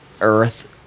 Earth